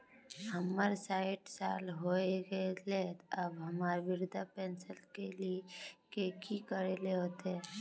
हमर सायट साल होय गले ते अब हमरा वृद्धा पेंशन ले की करे ले होते?